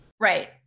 Right